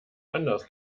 anders